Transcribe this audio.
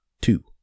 two